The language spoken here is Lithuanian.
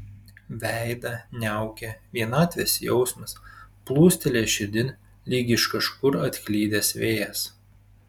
veidą niaukė vienatvės jausmas plūstelėjęs širdin lyg iš kažkur atklydęs vėjas